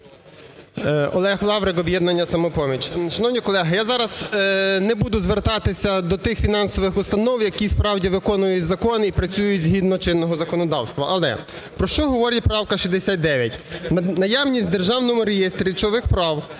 Олег Лаврик, "Об'єднання "Самопоміч". Шановні колеги, я зараз не буду звертатися до тих фінансових установ, які справді виконують закон і працюють згідно чинного законодавства. Але про що говорить правка 69? Наявність у Державному реєстрі речових прав